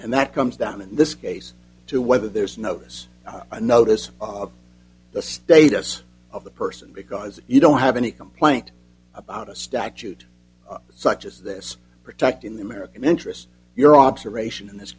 and that comes down in this case to whether there's notice notice of the status of the person because you don't have any complaint about a statute such as this protecting the american interest your observation in this